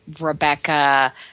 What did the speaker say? Rebecca